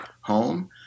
home